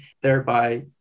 thereby